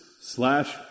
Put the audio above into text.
slash